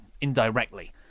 indirectly